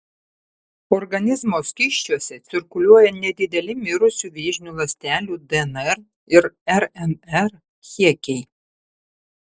organizmo skysčiuose cirkuliuoja nedideli mirusių vėžinių ląstelių dnr ir rnr kiekiai